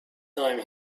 time